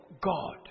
God